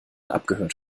abgehört